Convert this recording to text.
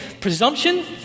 presumption